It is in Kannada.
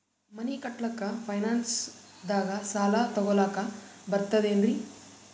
ಮನಿ ಕಟ್ಲಕ್ಕ ಫೈನಾನ್ಸ್ ದಾಗ ಸಾಲ ತೊಗೊಲಕ ಬರ್ತದೇನ್ರಿ?